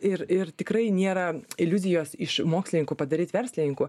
ir ir tikrai nėra iliuzijos iš mokslininkų padaryt verslininkų